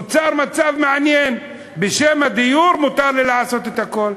נוצר מצב מעניין, בשם הדיור מותר לי לעשות הכול.